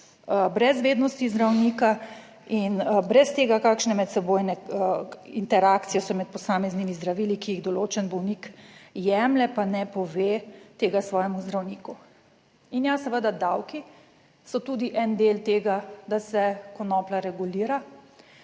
brez vednosti zdravnika in brez tega, kakšne medsebojne interakcije so med posameznimi zdravili, ki jih določen bolnik jemlje, pa ne pove tega svojemu zdravniku. 104. TRAK: (JJ) – 18.25 (nadaljevanje) In ja, seveda, davki so tudi en del tega, da se konoplja regulira.